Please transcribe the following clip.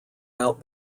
out